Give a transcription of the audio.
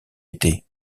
était